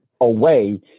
away